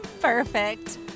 Perfect